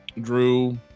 drew